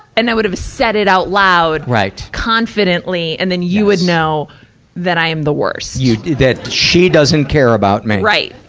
and i would have said it out loud, confidently. and then you would know that i am the worst. you did that, she doesn't care about me. right.